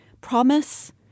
promise